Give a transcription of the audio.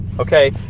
Okay